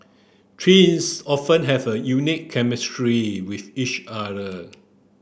twins often have a unique chemistry with each other